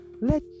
let